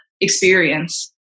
experience